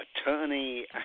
attorney